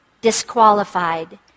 Disqualified